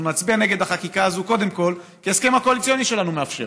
אנחנו נצביע נגד החקיקה הזאת קודם כול כי ההסכם הקואליציוני שלנו מאפשר,